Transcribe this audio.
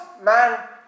man